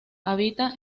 habita